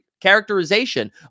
characterization